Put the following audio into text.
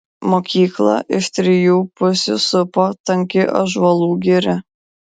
mokyklą iš trijų pusių supo tanki ąžuolų giria